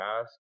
ask